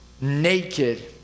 naked